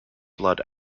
blood